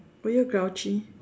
were you grouchy